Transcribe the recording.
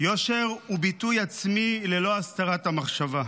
יושר הוא ביטוי עצמי ללא הסתרת המחשבה,